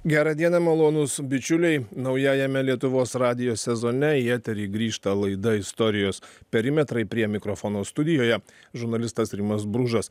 gerą dieną malonūs bičiuliai naujajame lietuvos radijo sezone į eterį grįžta laida istorijos perimetrai prie mikrofono studijoje žurnalistas rimas bružas